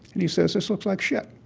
and he says, this looks like shit.